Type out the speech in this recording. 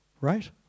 right